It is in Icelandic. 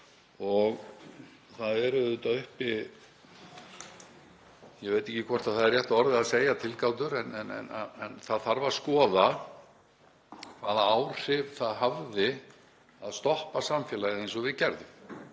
Það eru auðvitað uppi, ég veit ekki hvort rétt er að segja tilgátur, en það þarf að skoða hvaða áhrif það hafði að stoppa samfélagið eins og við gerðum